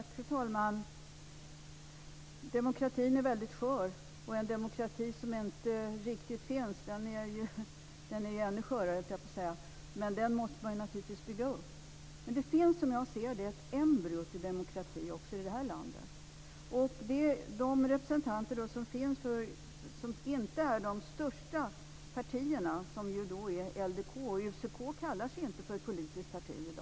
Fru talman! Demokratin är väldigt skör. En demokrati som inte riktigt finns är ännu skörare; den måste man naturligtvis bygga upp. Men som jag ser det finns det ett embryo till demokrati också i det här landet. Det största partiet är ju LDK. UCK kallar sig inte för ett politiskt parti i dag.